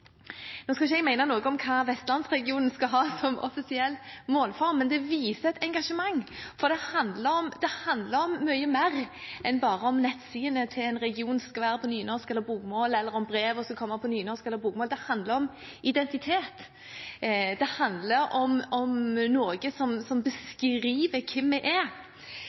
Nå skal ikke jeg mene noe om hva Vestlandsregionen skal ha som offisiell målform, men det viser et engasjement. For det handler om mye mer enn bare om nettsidene til en region skal skrives på nynorsk eller på bokmål, eller om brevene skal skrives på nynorsk eller på bokmål. Det handler om identitet, det handler om noe som beskriver hvem vi er. Det er vel det som ligger bak det store engasjementet, og det er